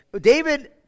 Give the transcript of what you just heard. David